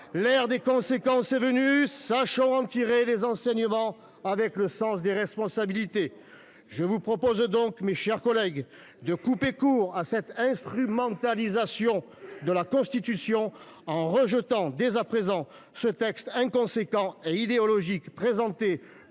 L'ère des conséquences est venue. Sachons tirer les enseignements qui s'imposent avec le sens des responsabilités ! Et de la mesure ! Je vous propose donc, mes chers collègues, de couper court à cette instrumentalisation de la Constitution, en rejetant dès à présent ce texte inconséquent et idéologique présenté,